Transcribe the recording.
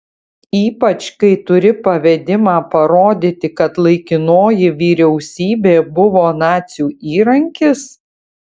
ypač kai turi pavedimą parodyti kad laikinoji vyriausybė buvo nacių įrankis